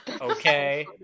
okay